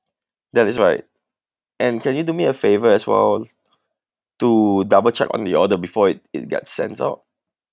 that is right and can you do me a favor as well to double check on the order before it it gets sent out